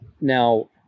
Now